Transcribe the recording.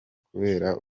kubera